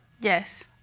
Yes